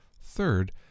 Third